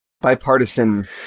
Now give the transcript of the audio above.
bipartisan